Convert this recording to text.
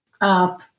up